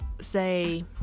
say